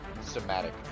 somatic